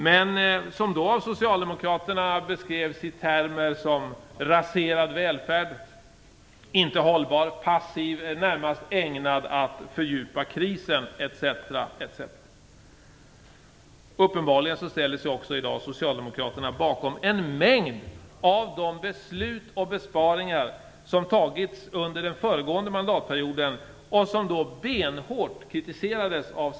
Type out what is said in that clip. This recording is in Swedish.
Den beskrevs då av Socialdemokraterna i termer som "raserad välfärd", "inte hållbar", "passiv", "närmast ägnad att fördjupa krisen" etc. etc. Uppenbarligen ställer sig socialdemokraterna i dag också bakom en mängd av de beslut om besparingar som har fattats under den föregående mandatperioden. Då kritiserades de benhårt av samma parti.